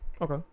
Okay